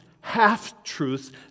half-truths